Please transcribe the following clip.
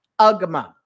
UGMA